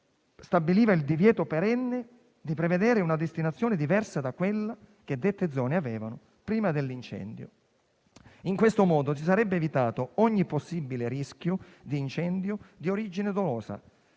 stabiliva il divieto perenne di prevedere una destinazione diversa da quella che dette zone avevano prima dell'incendio. In questo modo si sarebbe evitato ogni possibile rischio di incendio di origine dolosa